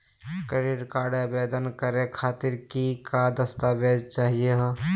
Credit card आवेदन करे खातीर कि क दस्तावेज चाहीयो हो?